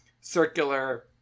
circular